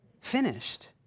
Finished